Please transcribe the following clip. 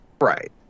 Right